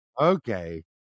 okay